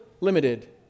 limited